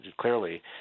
clearly